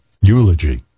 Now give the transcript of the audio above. eulogy